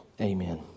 Amen